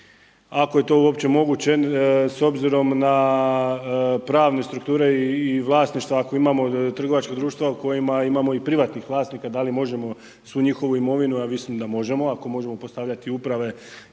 ako je to uopće moguće s obzirom na pravne strukture i vlasništva ako imamo od trgovačkih društava u kojima imamo i privatnih vlasnika, da li možemo svu njihovu imovinu, a ja mislim da možemo, ako možemo postavljati uprave